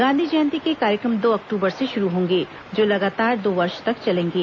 गांधी जयंती के कार्यक्रम दो अक्टूबर से शुरू होंगे जो लगातार दो वर्ष तक चलेंगे